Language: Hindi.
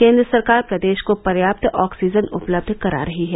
केन्द्र सरकार प्रदेश को पर्याप्त ऑक्सीजन उपलब्ध करा रही है